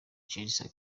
chelsea